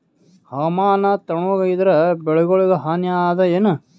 ಹವಾಮಾನ ತಣುಗ ಇದರ ಬೆಳೆಗೊಳಿಗ ಹಾನಿ ಅದಾಯೇನ?